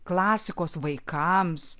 klasikos vaikams